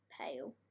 pale